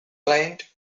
client